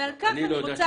ועל כך אני רוצה למחות.